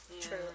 True